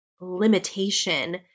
limitation